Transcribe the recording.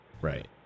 Right